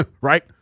right